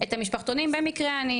את המשפחתונים במקרה אני